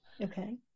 Okay